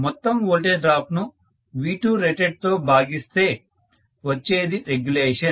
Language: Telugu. మొత్తం వోల్టేజ్ డ్రాప్ ను V2rated తో భాగిస్తే వచ్చేది రెగ్యలేషన్